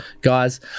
guys